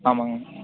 ஆமாங்க